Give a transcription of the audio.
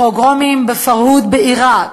הפוגרומים ב"פרהוד" בעיראק,